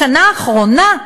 בשנה האחרונה,